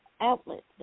outlet